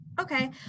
Okay